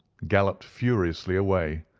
galloped furiously away,